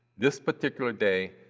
this particular day,